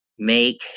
Make